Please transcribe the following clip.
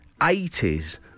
80s